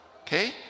Okay